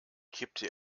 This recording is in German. kippte